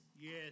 Yes